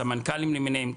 הסמנכ"לים למיניהם,